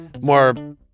more